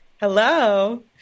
Hello